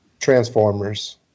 Transformers